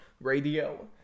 radio